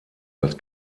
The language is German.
als